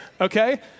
Okay